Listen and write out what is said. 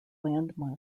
landmark